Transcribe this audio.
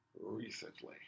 recently